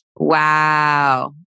Wow